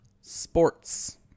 sports